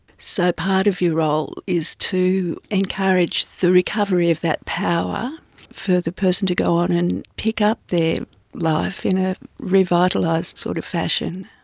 so part of your role is to encourage the recovery of that power for the person to go on and pick up their life in a revitalised sort of fashion.